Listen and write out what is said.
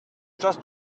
just